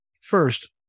First